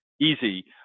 easy